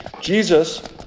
Jesus